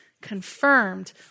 confirmed